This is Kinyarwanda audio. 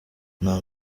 nta